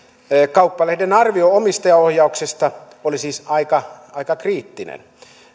kauppalehden arvio omistajaohjauksesta oli siis aika aika kriittinen